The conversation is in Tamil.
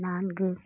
நான்கு